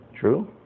True